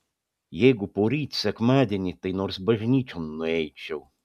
jeigu poryt sekmadienį tai nors bažnyčion nueičiau